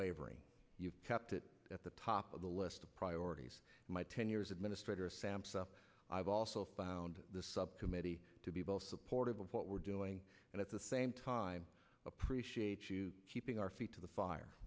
wavering you've kept it at the top of the list of priorities my ten years administrator sampson i've also found the subcommittee to be both supportive of what we're doing and at the same time appreciate you keeping our feet to the